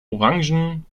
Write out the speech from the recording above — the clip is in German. orangen